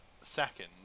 second